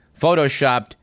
photoshopped